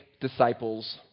disciples